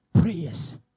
prayers